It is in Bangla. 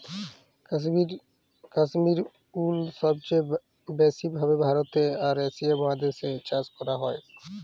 কাশ্মির উল সবচে ব্যাসি ভাবে ভারতে আর এশিয়া মহাদেশ এ চাষ করাক হয়ক